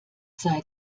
sei